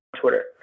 Twitter